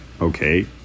okay